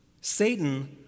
Satan